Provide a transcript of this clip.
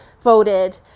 voted